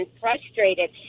frustrated